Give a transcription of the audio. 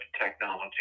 technology